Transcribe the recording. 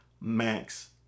max